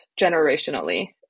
generationally